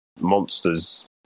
monsters